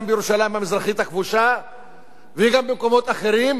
גם בירושלים המזרחית הכבושה וגם במקומות אחרים,